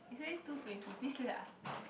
it's already two twenty please let us out